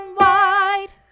wide